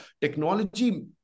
technology